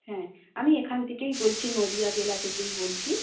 হ্যাঁ আমি এখান থেকেই বলছি নদীয়া জেলা থেকেই বলছি